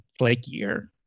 flakier